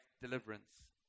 deliverance